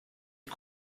est